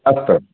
अस्तु